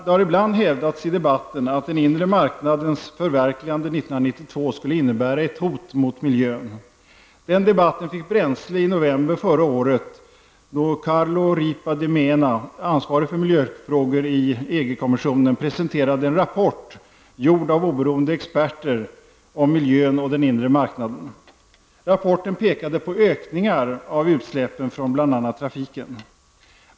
Det har ibland hävdats i debatten att den inre marknadens förverkligande 1992 skulle innebära ett hot mot miljön. Den debatten fick bränsle i november förra året då Carlo Ripa di kommissionen, presenterade en rapport gjord av oberoende experter om miljön och den inre marknaden. Rapporten pekade på ökningar av utsläppen från bl.a. trafiken.